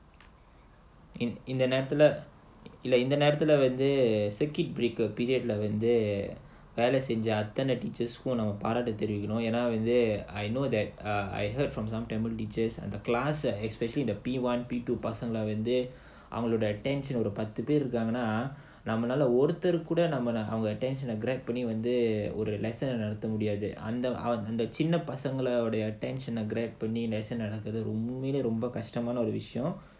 இந்த நேரத்துல வந்து:indha nerathula vandhu circuit breaker period வந்துவேல செஞ்ச அத்தன:vandhu vela senja athana teachers பாராட்ட தெரிவிக்கனும் ஏனா வந்து:paaraatta therivikkanum yaenaa vandhu I know that uh I heard from some tamil teachers the class uh especially the P one P two person Grab only நடத்த முடியாது:nadatha mudiyaathu